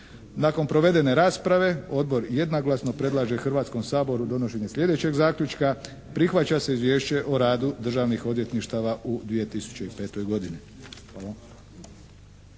Nakon provedene rasprave Odbor jednoglasno predlaže Hrvatskom saboru donošenje sljedećeg zaključka: prihvaća se Izvješće o radu državnih odvjetništava u 2005. godini.